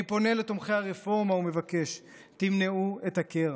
אני פונה לתומכי הרפורמה ומבקש: תמנעו את הקרע,